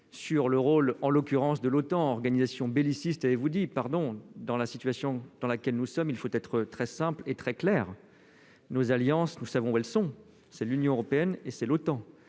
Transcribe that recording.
sur le rôle, en l'occurrence de l'OTAN, organisation bellicistes et vous dit pardon dans la situation dans laquelle nous sommes, il faut être très simple et très claire nos alliances, nous savons où elles sont, c'est l'Union européenne et c'est l'OTAN,